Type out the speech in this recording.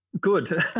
Good